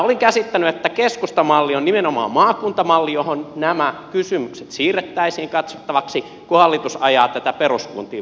olin käsittänyt että keskustan malli on nimenomaan maakuntamalli johon nämä kysymykset siirrettäisiin katsottavaksi kun hallitus ajaa tätä peruskuntiin pohjautuvaa mallia